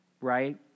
right